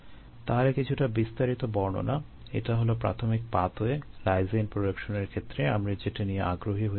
তাহলে কিছুটা বিস্তারিত বর্ণনা এটা হলো প্রাথমিক পাথওয়ে লাইসিন প্রোডাকশনের ক্ষেত্রে আমরা যেটি নিয়ে আগ্রহী হয়ে থাকবো